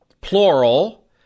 plural